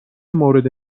مورد